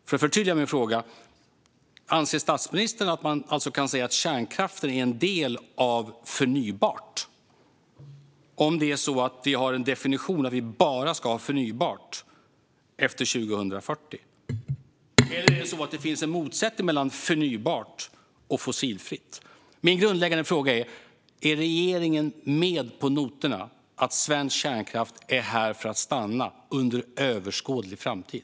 För att förtydliga min fråga: Anser statsministern att man därmed kan säga att kärnkraften är en del av det förnybara, om det är så att vi bara ska ha förnybart efter 2040? Det finns nämligen en motsättning mellan förnybart och fossilfritt. Min grundläggande fråga är: Är regeringen med på noterna när det gäller att svensk kärnkraft är här för att stanna under överskådlig framtid?